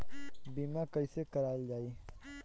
बीमा कैसे कराएल जाइ?